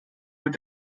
wird